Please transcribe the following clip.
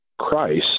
Christ